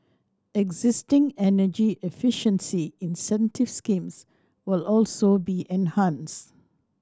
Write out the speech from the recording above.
existing energy efficiency incentive schemes will also be enhanced